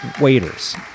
waiters